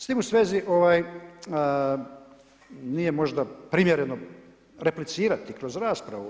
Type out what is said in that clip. S tim u svezi nije možda primjereno replicirati kroz raspravu.